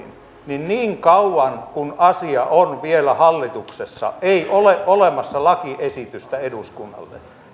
niin niin kauan kuin asia on vielä hallituksessa ei ole olemassa lakiesitystä eduskunnalle